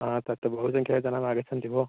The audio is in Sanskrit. तत् बहुसङ्ख्या जनाः नागच्छन्ति भोः